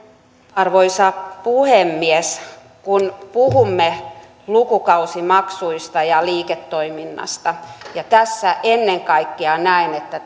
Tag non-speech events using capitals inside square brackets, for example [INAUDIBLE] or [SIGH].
arvoisa puhemies kun puhumme lukukausimaksuista ja liiketoiminnasta ja tässä ennen kaikkea näen että [UNINTELLIGIBLE]